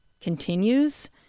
continues